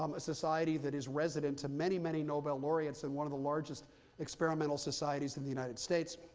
um a society that is resident to many, many nobel laureates and one of the largest experimental societies in the united states.